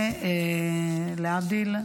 ולהבדיל,